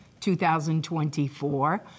2024